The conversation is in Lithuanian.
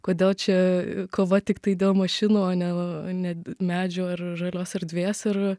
kodėl čia kova tiktai dėl mašinų o ne ne medžių ar žalios erdvės ir